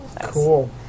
Cool